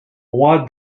roi